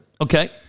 Okay